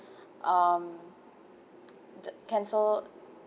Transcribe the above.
um the cancel